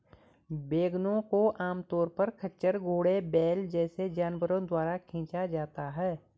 वैगनों को आमतौर पर खच्चर, घोड़े, बैल जैसे जानवरों द्वारा खींचा जाता है